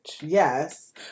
Yes